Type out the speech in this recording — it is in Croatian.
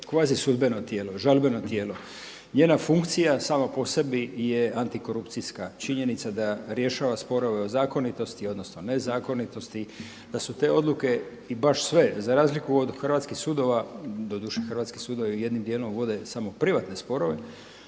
kvazi sudbeno tijelo, žalbeno tijelo, njena funkcija sama po sebi je antikorupcijska. Činjenica da rješava sporove o zakonitosti, odnosno nezakonitosti, da su te odluke i baš sve za razliku od hrvatskih sudova, doduše hrvatskih sudovi jednim dijelom vode samo privatne sporove,